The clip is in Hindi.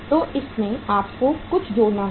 तो इसमें आपको कुछ जोड़ना होगा